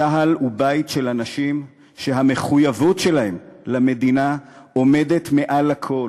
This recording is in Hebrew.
צה"ל הוא בית של אנשים שהמחויבות שלהם למדינה עומדת מעל לכול,